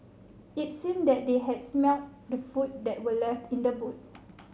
it seemed that they had smelt the food that were left in the boot